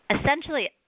essentially